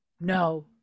No